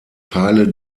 teile